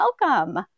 welcome